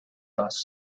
dust